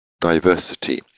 diversity